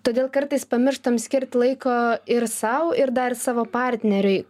todėl kartais pamirštam skirt laiko ir sau ir dar savo partneriui